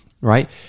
Right